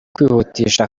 kwihutisha